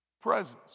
Presence